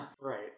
Right